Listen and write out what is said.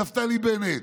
נפתלי בנט?